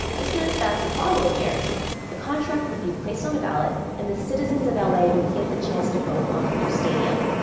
this meant that the following year the contract would be placed on a ballot and the citizens of la would get the chance to vote on the new stadium.